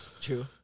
True